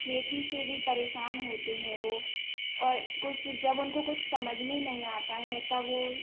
खेती से भी परेशान होते हैं वह और कुस जब उनको कुछ समझ में नहीं आता है तब वह